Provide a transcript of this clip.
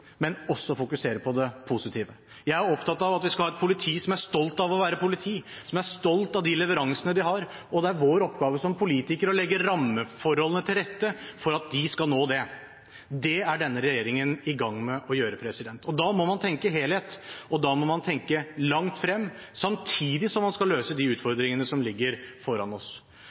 men også fokuserer på det positive. Jeg er opptatt av at vi skal ha et politi som er stolt av å være politi, som er stolt av de leveransene de har, og det er vår oppgave som politikere å legge rammeforholdene til rette for at de skal oppnå det. Det er denne regjeringen i gang med å gjøre. Da må man tenke helhet, og da må man tenke langt frem, samtidig som man skal løse de utfordringene som ligger foran oss.